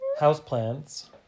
houseplants